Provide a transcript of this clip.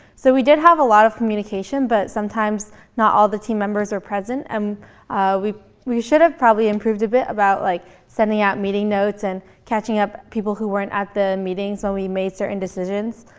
so we did have a lot of communication, but sometimes not all the team members were present, um and we should have probably improved a bit about like sending out meeting notes and catching up people who weren't at the meetings when we made certain decisions.